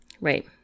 Right